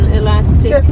elastic